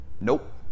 Nope